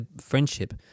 friendship